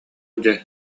дьэ